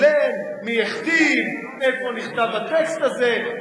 מי שילם, מי הכתיב, איפה נכתב הטקסט הזה.